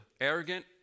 arrogant